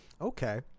Okay